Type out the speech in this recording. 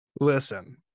Listen